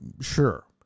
Sure